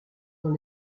dans